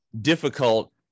difficult